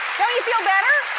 you feel better?